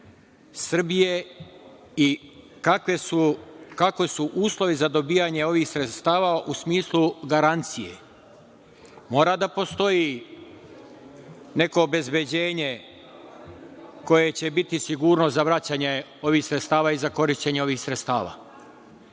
Srbije, i kakvi su uslovi za dobijanje ovih sredstava u smislu garancije. Mora da postoji neko obezbeđenje koje će biti sigurnost za vraćanje ovih sredstava i za korišćenje ovih sredstava.U